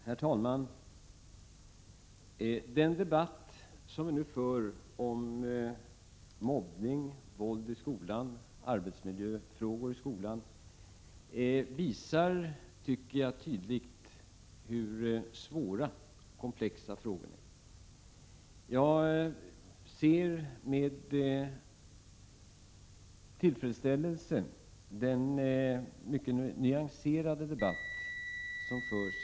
Herr talman! Den debatt som vi nu för om mobbning, våld och arbetsmiljöfrågor i skolan visar, tycker jag, tydligt hur svåra och komplexa frågorna är. Jag ser med tillfredsställelse den mycket nyanserade debatt som förs.